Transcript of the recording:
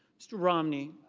mr. romney.